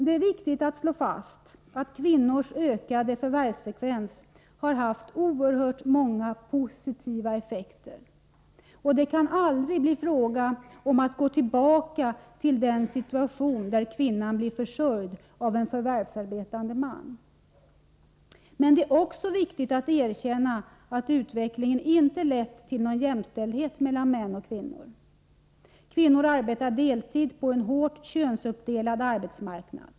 Det är viktigt att slå fast att kvinnors ökade förvärvsfrekvens har haft oerhört många positiva effekter. Och det kan aldrig bli fråga om att gå tillbaka till den situation där kvinnan blir försörjd av en förvärvsarbetande man. Men det är också viktigt att erkänna att utvecklingen inte har lett till någon jämställdhet mellan män och kvinnor. Kvinnor arbetar deltid på en hårt könsuppdelad arbetsmarknad.